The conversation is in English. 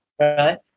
right